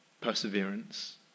perseverance